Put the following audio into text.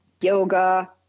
yoga